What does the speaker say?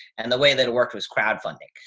and the way that it worked was crowdfunding.